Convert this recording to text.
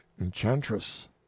enchantress